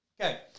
Okay